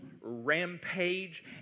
rampage